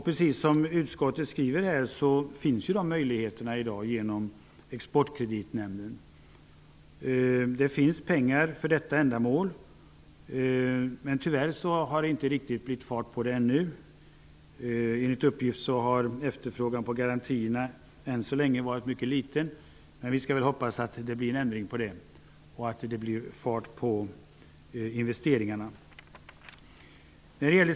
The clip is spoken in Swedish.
Precis som utskottet skriver finns de möjligheterna i dag genom Exportkreditnämnden. Det finns pengar för detta ändamål, men tyvärr har det inte blivit riktig fart på detta ännu. Enligt uppgift har efterfrågan på garantierna än så länge varit mycket liten. Men vi skall hoppas på en ändring och att det blir fart på investeringarna.